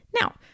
Now